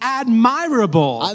admirable